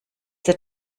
der